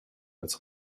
als